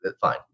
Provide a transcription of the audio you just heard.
fine